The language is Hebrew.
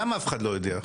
גם אף אחד לא יודע.